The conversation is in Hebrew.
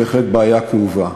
בהחלט בעיה כאובה,